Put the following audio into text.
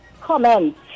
comment